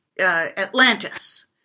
Atlantis